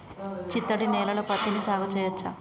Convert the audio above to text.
చిత్తడి నేలలో పత్తిని సాగు చేయచ్చా?